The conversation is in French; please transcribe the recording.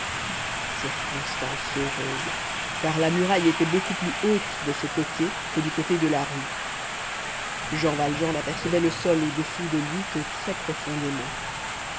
circonstance heureuse car la muraille était beaucoup plus haute de ce côté que du côté de la rue jean valjean n'apercevait le sol au-dessous de lui que très profondément